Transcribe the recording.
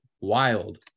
wild